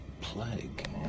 plague